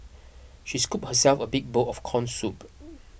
she scooped herself a big bowl of Corn Soup